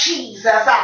Jesus